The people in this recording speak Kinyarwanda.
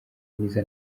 mwiza